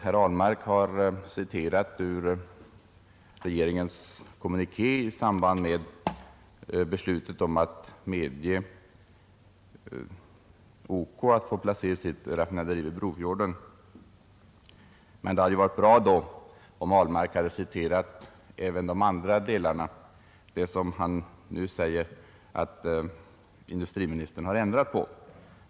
Herr Ahlmark har citerat ur regeringens kommuniké i samband med beslutet om att medge OK att placera sitt raffinaderi i Brofjorden. Men det hade varit bra om herr Ahlmark då hade citerat även de andra delarna, som han nu säger att industriministern har ändrat på.